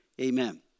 amen